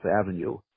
Avenue